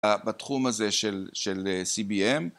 בתחום הזה של cbm